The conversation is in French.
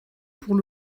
pour